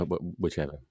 whichever